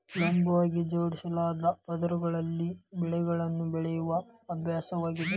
ಲಂಬವಾಗಿ ಜೋಡಿಸಲಾದ ಪದರಗಳಲ್ಲಿ ಬೆಳೆಗಳನ್ನು ಬೆಳೆಯುವ ಅಭ್ಯಾಸವಾಗಿದೆ